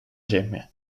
ziemię